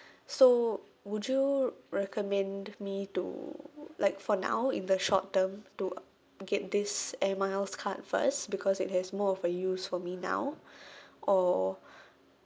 so would you recommend me to like for now in the short term to get this air miles card first because it has more of a use for me now or